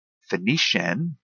Phoenician